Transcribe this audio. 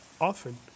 often